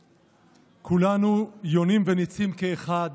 כולנו, יונים וניצים כאחד,